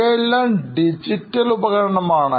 ഇവയെല്ലാം ഡിജിറ്റൽ ഉപകരണമാണ്